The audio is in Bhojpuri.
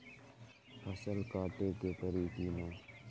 फसल काटे के परी कि न?